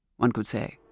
one could say!